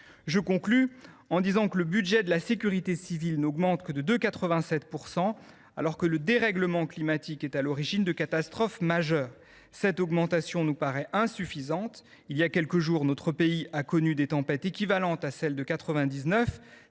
Les crédits du programme 161 « Sécurité civile » n’augmentent que de 2,87 %, alors que le dérèglement climatique est à l’origine de catastrophes majeures. Cette augmentation nous paraît insuffisante. Il y a quelques jours, notre pays a connu des tempêtes équivalentes à celles de 1999.